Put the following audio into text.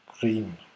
green